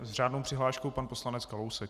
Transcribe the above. S řádnou přihláškou pan poslanec Kalousek.